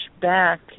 back